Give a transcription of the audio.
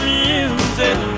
music